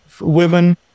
women